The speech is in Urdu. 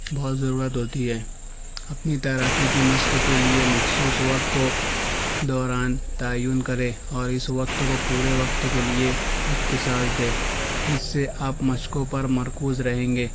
بہت ضرورت ہوتی ہے اپنی تیراکی کی مشق کے لیے مخصوص وقت دوران تعین کرے اور اس وقت کو پورے وقت کے لیے اختصاص دے اس سے آپ مشقوں پر مرکوز رہیں گے